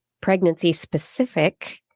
pregnancy-specific